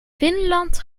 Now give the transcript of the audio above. finland